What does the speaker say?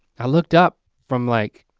i looked up from like,